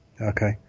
Okay